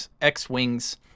X-Wings